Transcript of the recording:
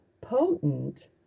potent